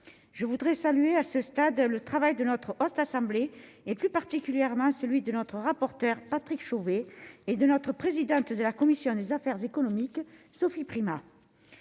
je voudrais saluer à ce stade, le travail de notre cette assemblée et plus particulièrement celui de notre rapporteur Patrick Chauvet et de notre présidente de la commission des affaires économiques, Sophie Primas